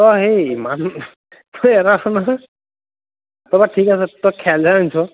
হেৰি এটা কথা নহয় ঠিক আছে তই খেয়ালি জাল আনিছ